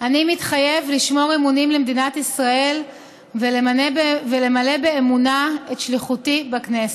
אני מתחייב לשמור אמונים למדינת ישראל ולמלא באמונה את שליחותי בכנסת.